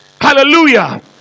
Hallelujah